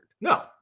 no